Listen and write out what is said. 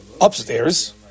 upstairs